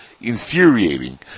infuriating